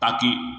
ताकि